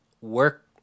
work